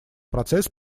процесс